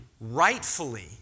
rightfully